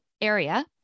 area